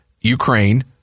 Ukraine